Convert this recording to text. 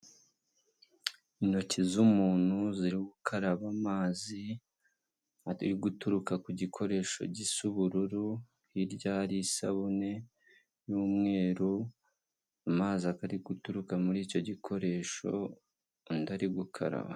Intoki z'umuntu ziri gukaraba amazi ari guturuka ku gikoresho gisa ubururu, hirya hari isabune y'umweru amazi ari guturuka muri icyo gikoresho undi ari gukaraba.